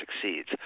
succeeds